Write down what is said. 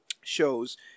shows